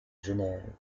genève